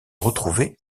retrouvée